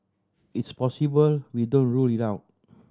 it's possible we don't rule it out